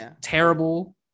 terrible